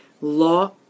Law